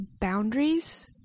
boundaries